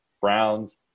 Browns